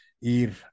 ir